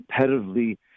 competitively